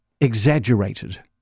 exaggerated